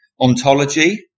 ontology